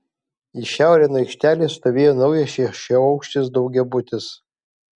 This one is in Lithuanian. į šiaurę nuo aikštelės stovėjo naujas šešiaaukštis daugiabutis